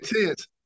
intense